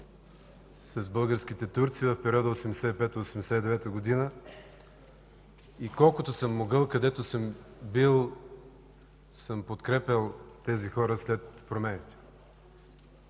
с българските турци в периода 1985-1989 г., и колкото съм могъл, където съм бил, съм подкрепял тези хора след промените.